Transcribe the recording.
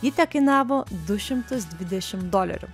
ji tekainavo du šimtus dvidešimt dolerių